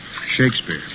Shakespeare